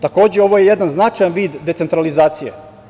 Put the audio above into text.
Takođe, ovo je jedan značajan vid decentralizacije.